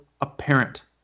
apparent